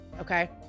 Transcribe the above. Okay